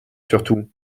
surtout